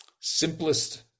simplest